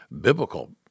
biblical